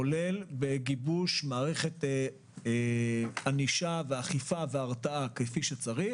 כולל בגיבוש מערכת ענישה, אכיפה והרתעה כפי שצריך.